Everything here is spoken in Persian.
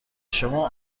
شما